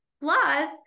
Plus